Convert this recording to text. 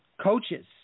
coaches